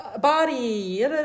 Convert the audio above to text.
body